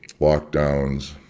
lockdowns